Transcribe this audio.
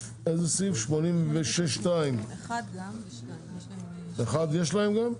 סעיף 86 2. 1 יש להם גם?